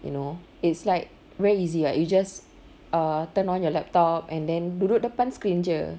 you know it's like very easy [what] you just err turn on your laptop and then duduk depan screen jer